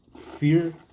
fear